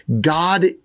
God